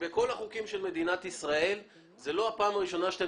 שבכל החוקים של מדינת ישראל זאת לא הפעם הראשונה בה אתם